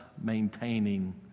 maintaining